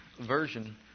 Version